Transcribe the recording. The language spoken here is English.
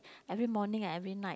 every morning and every night